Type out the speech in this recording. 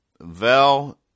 Vel